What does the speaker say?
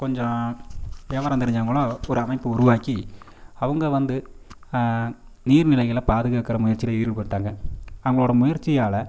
கொஞ்சம் விவரம் தெரிஞ்சவங்களும் ஒரு அமைப்பு உருவாக்கி அவங்க வந்து நீர்நிலைகளை பாதுகாக்கிற முயற்சியில் ஈடுபட்டாங்க அவங்களோட முயற்சியால்